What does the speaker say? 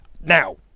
Now